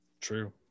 True